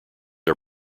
are